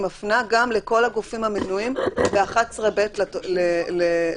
היא מפנה גם לכל הגופים המנויים ב-11(ב) לחוק.